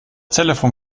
telefon